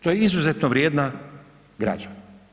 To je izuzetno vrijedna građa.